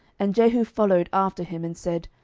and jehu followed after him, and said,